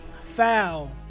foul